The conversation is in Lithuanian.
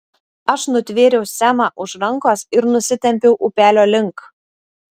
aš nutvėriau semą už rankos ir nusitempiau upelio link